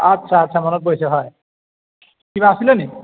আচ্ছা আচ্ছা মনত পৰিছে হয় কিবা আছিলেনি